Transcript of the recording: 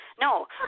No